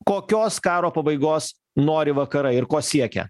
kokios karo pabaigos nori vakarai ir ko siekia